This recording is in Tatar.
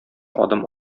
адым